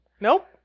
Nope